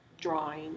drawing